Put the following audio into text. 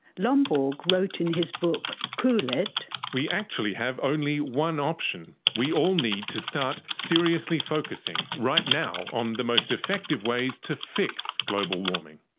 lomborg wrote in his book, cool it reading we actually have only one option we all need to start seriously focusing, right now, on the most effective ways to fix global warming.